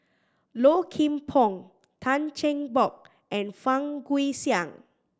Low Kim Pong Tan Cheng Bock and Fang Guixiang